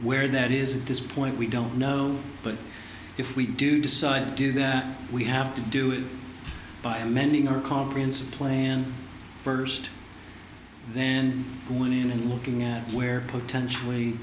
where that is this point we don't know but if we do decide to do that we have to do it by amending our comprehensive plan first and then when in looking at where potentially